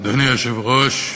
אדוני היושב-ראש,